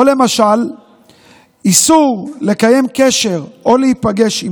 או למשל איסור לקיים קשר או להיפגש עם